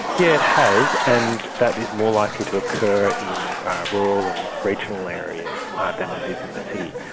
yeah it has, and that is more likely to occur in rural and regional areas than it is in the city,